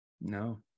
No